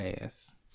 ass